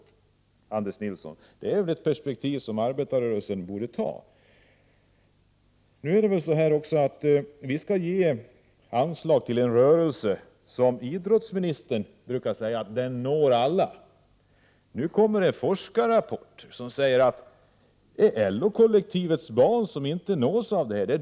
Det är väl ett perspektiv som arbetarrörelsen borde anlägga, Anders Nilsson? Vi skall ju ge anslag till en rörelse som idrottsministern brukar säga når alla. Nu kommer det emellertid en forskarrapport som säger att LO kollektivets barn inte nås.